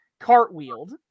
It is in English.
cartwheeled